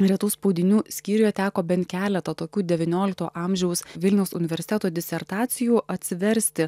retų spaudinių skyriuje teko bent keletą tokių devyniolikto amžiaus vilniaus universiteto disertacijų atsiversti